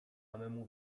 samemu